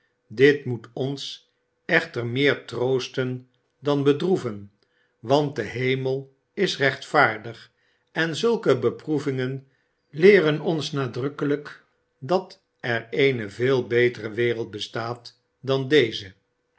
dit moet ons echter meer troosten dan bedroeven want de hemel is rechtvaardig en zulke beproevingen leeren ons nadrukkelijk dat er eene veel betere wereld bestaat dan deze